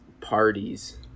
parties